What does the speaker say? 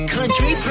Country